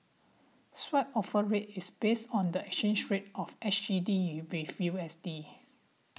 Swap Offer Rate is based on the exchange rate of S G D U with U S D